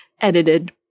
edited